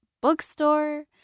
bookstore